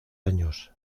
años